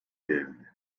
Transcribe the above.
verildi